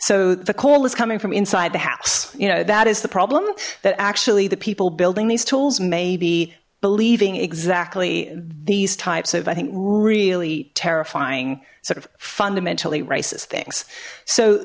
so the call is coming from inside the house you know that is the problem that actually the people building these tools maybe believing exactly these types of i think really terrifying sort of fundamentally racist things so